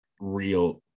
real